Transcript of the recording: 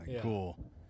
cool